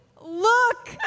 look